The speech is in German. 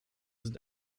sind